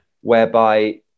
whereby